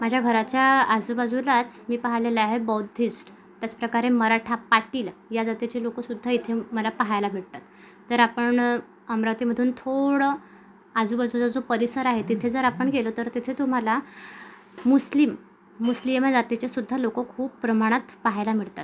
माझ्या घराच्या आजूबाजूलाच मी पाहिलेले आहेत बौद्धिस्ट त्याचप्रकारे मराठा पाटील या जातीचे लोकसुद्धा इथे मला पाहायला मिळतात तर आपण अमरावतीमधून थोडं आजूबाजूचा जो परिसर आहे तिथे जर आपण गेलो तर तिथे तुम्हाला मुस्लिम मुस्लिम या जातीचेसुद्धा लोक खूप प्रमाणात पाहायला मिळतात